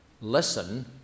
listen